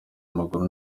amaguru